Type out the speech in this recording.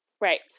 Right